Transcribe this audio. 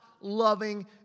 loving